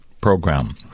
program